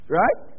right